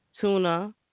Tuna